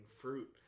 fruit